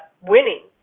winning